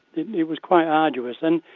it it was quite arduous then.